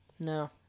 No